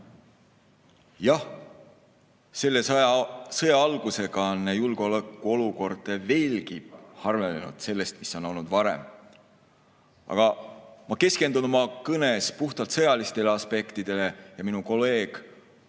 Jah, selle sõja algusega on julgeolekuolukord veelgi halvenenud võrreldes sellega, mis oli varem. Aga ma keskendun oma kõnes puhtalt sõjalistele aspektidele ja minu kolleeg